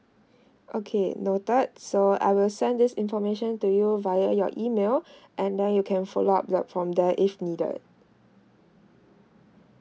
okay noted so I will send this information to you via your email and then you can follow up the from there if needed